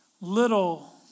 little